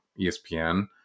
ESPN